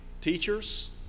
teachers